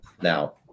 now